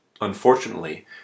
Unfortunately